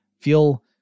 feel